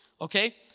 okay